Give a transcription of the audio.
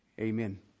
Amen